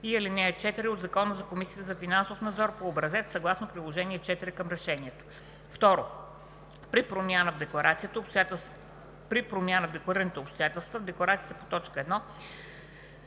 – 7 и ал. 4 от Закона за Комисията за финансов надзор по образец съгласно Приложение № 4 към решението. 2. При промяна в декларираните обстоятелства в декларацията по т. 1